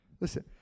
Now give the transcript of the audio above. Listen